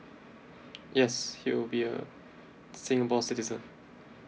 yes he will be a singapore citizen